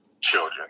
children